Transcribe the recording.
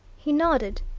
he nodded.